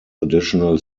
additional